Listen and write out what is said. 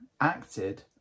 acted